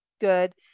good